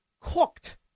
cooked